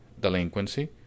delinquency